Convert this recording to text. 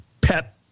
pet